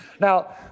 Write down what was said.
Now